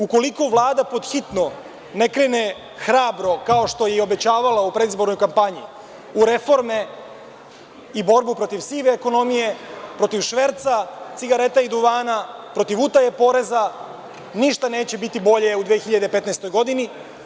Ukoliko Vlada pod hitno ne krene hrabro, kao što je i obećavala u predizbornoj kampanji, u reforme i borbu protiv sive ekonomije, protiv šverca cigareta i duvana, protiv utaje poreza, ništa neće biti bolje u 2015. godini.